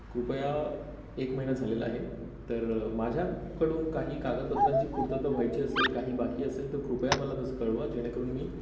कृपया एक महिना झालेला आहे तर माझ्याकडून काही कागदपत्रांची पूर्तता व्हायची असेल काही बाकी असेल तर कृपया मला तसं कळवा जेणेकरून मी